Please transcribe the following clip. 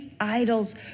idols